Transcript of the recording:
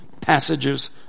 passages